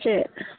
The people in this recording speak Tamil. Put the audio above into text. சரி